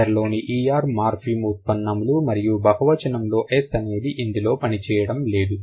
teacher లోని morpheme ఉత్పన్నములు మరియు బహువచనంలో అనేది ఇందులో పనిచేయడం లేదు